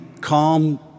calm